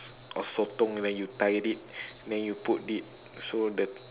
or sotong then you tie it then you put it so the